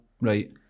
Right